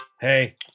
hey